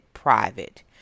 Private